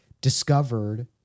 discovered